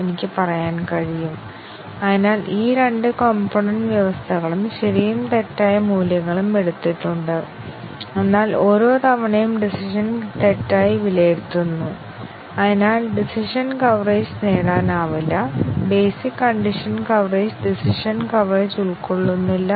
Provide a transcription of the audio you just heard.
ഈ സാഹചര്യത്തിൽ രണ്ട് ടെസ്റ്റ് കേസുകളും തെറ്റായി വിലയിരുത്താനുള്ള തീരുമാനം എടുക്കും അതിനാൽ പൂർണ്ണമായ ബ്രാഞ്ച് എക്സ്പ്രഷന് ശരിയും തെറ്റായ മൂല്യവും ലഭിക്കാത്തതിനാൽ ഡിസിഷൻ കവറേജ് നേടാനാവില്ല basic condition coverage decision coverage ഉറപ്പാക്കുന്നില്ല